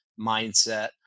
mindset